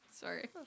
Sorry